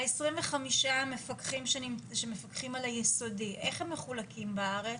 ה-25 מפקחים שמפקחים על היסודי איך הם מחולקים בארץ?